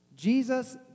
Jesus